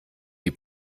die